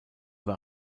war